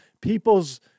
people's